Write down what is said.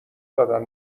دادن